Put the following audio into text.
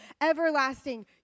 everlasting